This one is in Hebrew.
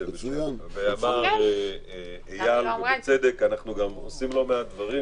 אמר אייל, בצדק, שאנחנו עושים כל מיני דברים